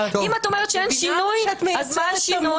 אם את אומרת שאין שינוי, אז מה השינוי?